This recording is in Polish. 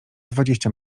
dwadzieścia